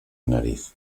nariz